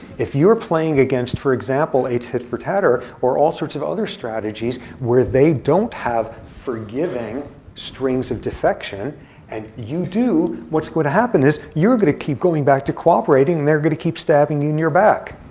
if you're playing against, for example, a tit for tatter, or all sorts of other strategies, where they don't have forgiving strings of defection and you do, what's going to happen is you're going to keep going back to cooperating, they're going to keep stabbing you in your back.